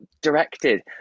directed